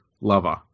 lover